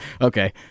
okay